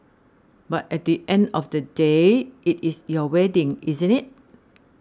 but at the end of the day it is your wedding isn't it